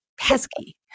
Pesky